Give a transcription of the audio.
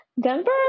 Denver